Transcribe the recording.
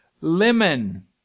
Lemon